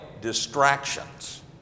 distractions